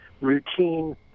routine